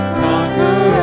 conquer